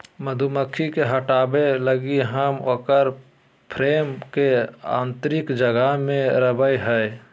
मधुमक्खी के हटाबय लगी हम उकर फ्रेम के आतंरिक जगह में रखैय हइ